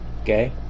Okay